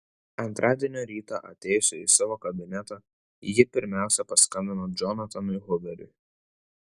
antradienio rytą atėjusi į savo kabinetą ji pirmiausia paskambino džonatanui huveriui